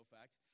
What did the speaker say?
fact